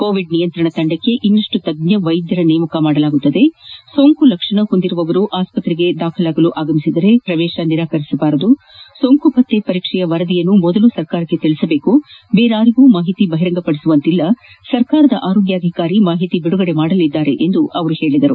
Covid ನಿಯಂತ್ರಣ ತಂಡಕ್ಕೆ ಇನ್ನಷ್ಟು ತಜ್ಞ ವೈದ್ಯರುಗಳ ನೇಮಕ ಮಾಡಲಾಗುವುದು ಸೋಂಕು ಲಕ್ಷಣ ಹೊಂದಿರುವವರು ಆಸ್ಪತ್ರೆಗೆ ದಾಖಲಾಗಲು ಅಗಮಿಸಿದರೆ ಪ್ರವೇಶ ನಿರಾಕರಿಸಬಾರದು ಸೋಂಕು ಪತ್ತೆ ಪರೀಕ್ಷೆಯ ವರದಿಯನ್ನು ಮೊದಲು ಸರ್ಕಾರಕ್ಕೆ ತಿಳಿಸಬೇಕು ಬೇರಾರಿಗೂ ಮಾಹಿತಿ ಬಹಿರಂಗಪಡಿಸುವಂತಿಲ್ಲ ಸರ್ಕಾರದ ಆರೋಗ್ಯಾಧಿಕಾರಿ ಮಾಹಿತಿ ಬಿಡುಗಡೆ ಮಾಡಲಿದ್ದಾರೆ ಎಂದು ಅವರು ತಿಳಿಸಿದರು